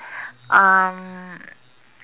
um